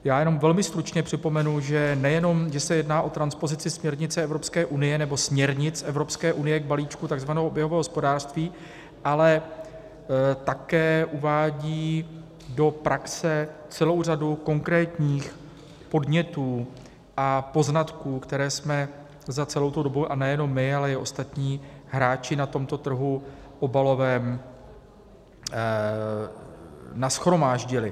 Já jenom velmi stručně připomenu, že nejenom že se jedná o transpozici směrnice Evropské unie, nebo směrnic Evropské unie k balíčku tzv. oběhového hospodářství, ale také uvádí do praxe celou řadu konkrétních podnětů a poznatků, které jsme za celou tu dobu a nejenom my, ale i ostatní hráči na tomto obalovém trhu nashromáždili.